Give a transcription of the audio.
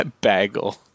Bagel